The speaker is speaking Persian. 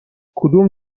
کدوم